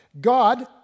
God